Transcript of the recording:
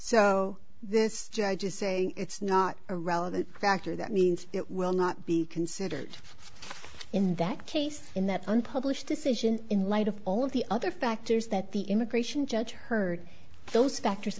so this judge is saying it's not a relevant factor that means it will not be considered in that case in that unpublished decision in light of all of the other factors that the immigration judge heard those factors